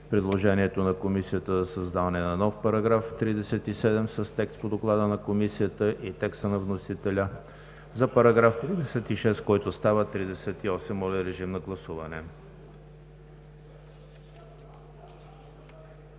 предложението на Комисията за създаване на нов параграф 37 с текст по Доклада на Комисията; и текста на вносителя за § 36, който става § 38. Гласували